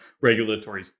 regulatory